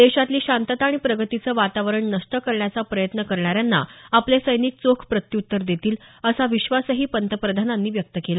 देशातली शांतता आणि प्रगतीचं वातावरण नष्ट करण्याचा प्रयत्न करणाऱ्यांना आपले सैनिक चोख प्रत्युत्तर देतील असा विश्वासही त्यांनी व्यक्त केला